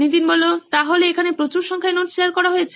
নীতিন সুতরাং এখানে প্রচুর সংখ্যায় নোটস শেয়ার করা হয়েছে